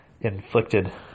inflicted